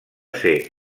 ser